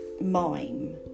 mime